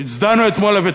מבטיח לך,